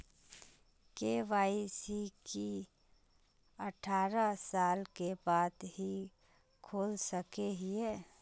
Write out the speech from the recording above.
KYC की अठारह साल के बाद ही खोल सके हिये?